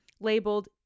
labeled